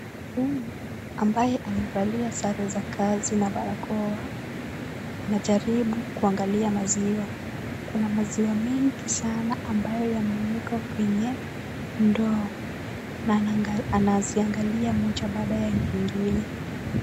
Huyu ambaye amevalia sare za kazi na barakoa anajaribu kuangalia maziwa. Kuna maziwa mengi sana ambayo yamewekwa kwenye ndoo na anaziangalia moja baada ya nyingine.